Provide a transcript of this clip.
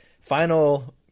final